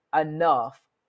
enough